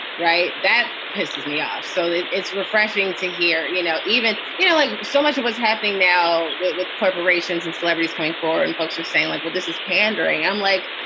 right. that pisses me off. so it's refreshing to hear, you know, even, you know, like so much of what's happening now with with corporations and celebrities coming forward. and folks are saying like, well, this is pandering. i'm like,